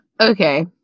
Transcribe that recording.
okay